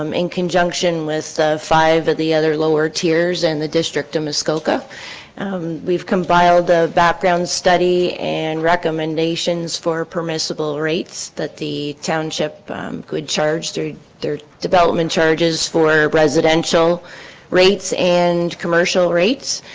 um in conjunction with five of the other lower tiers and the district of muskoka we've compiled a background study and recommendations for permissible rates that the township could charge through their development charges for residential rates and commercial rates